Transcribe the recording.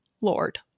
lord